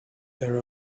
there